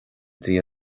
dtí